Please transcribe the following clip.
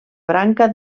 branca